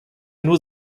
nur